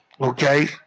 okay